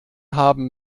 haben